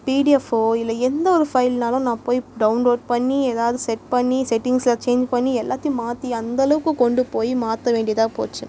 பிடிஎஃப்போ இல்லை எந்த ஒரு ஃபைல்னாலும் நான் போய் டவுன்லோட் பண்ணி எதாவது செட் பண்ணி செட்டிங்ஸ்சில் சேஞ்ச் பண்ணி எல்லாத்தையும் மாற்றி அந்தளவுக்கு கொண்டு போய் மாற்ற வேண்டியதாக போச்சு